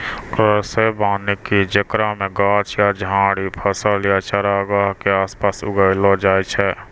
कृषि वानिकी जेकरा मे गाछ या झाड़ि फसल या चारगाह के आसपास उगैलो जाय छै